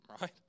right